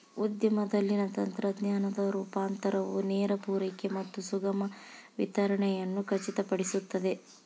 ಉದ್ಯಮದಲ್ಲಿನ ತಂತ್ರಜ್ಞಾನದ ರೂಪಾಂತರವು ನೇರ ಪೂರೈಕೆ ಮತ್ತು ಸುಗಮ ವಿತರಣೆಯನ್ನು ಖಚಿತಪಡಿಸುತ್ತದೆ